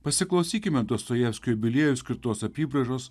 pasiklausykime dostojevskio jubiliejui skirtos apybraižos